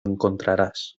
encontrarás